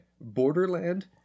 Borderland